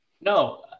No